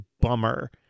bummer